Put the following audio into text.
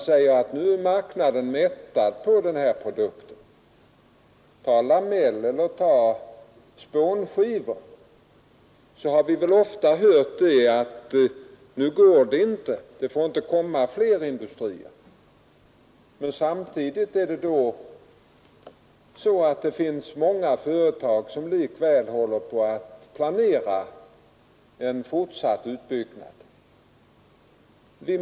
Både i fråga om lameller och spånskivor har vi väl ofta hört att nu får det inte komma fler industrier, det går inte. Men samtidigt är det många företag som likväl håller på att planera en fortsatt utbyggnad.